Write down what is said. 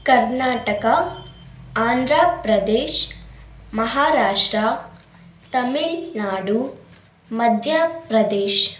Karnataka Andhra Pradesh Maharashtra Tamil Nadu Madhya Pradesh